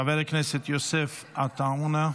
חבר הכנסת יוסף עטאונה,